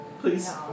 Please